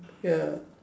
ya